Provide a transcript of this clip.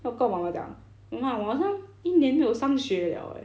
then 我跟我妈妈讲妈妈我好像一年没有上学 liao eh